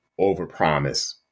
overpromise